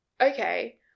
okay